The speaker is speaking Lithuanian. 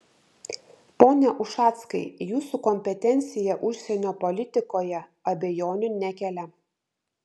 pone ušackai jūsų kompetencija užsienio politikoje abejonių nekelia